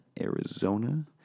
Arizona